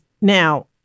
Now